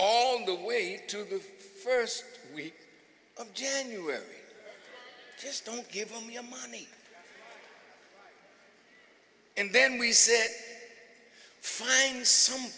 all the way to the first week of january just don't give them your money and then we see it find some